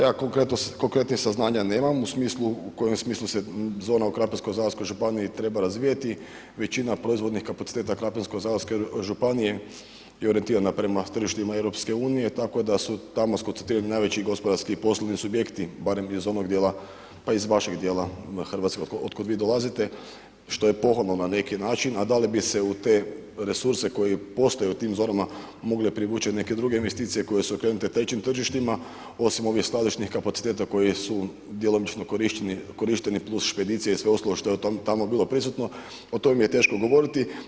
Pa ja konkretnih saznanja nemam u kojem smislu se zna u Krapinsko-zagorskoj županiji treba razvijati, većina proizvodnih kapaciteta Krapinsko-zagorske županije je orijentirana prema tržištima EU-a tako da su tamo skoncentrirani najveći gospodarski poslovni subjekti barem iz onog dijela, pa iz vašeg dijela hrvatskog od kud vi dolazite što je pohvalno na neki način a da li bi se u te resurse koji postoje u tim zonama mogle privući neke druge investicije koje su okrenute trećim tržištima osim ovdje skladišnih kapaciteta koje su djelomično korišteni plus špedicije i sve ostalo što je tamo bilo prisutno o tome je teško govoriti.